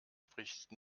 spricht